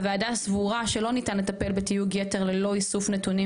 הוועדה סבורה שלא ניתן לטפל בתיוג יתר ללא איסוף נתונים